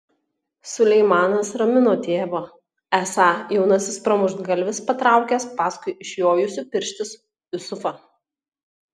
suleimanas ramino tėvą esą jaunasis pramuštgalvis patraukęs paskui išjojusį pirštis jusufą